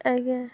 ଆଜ୍ଞା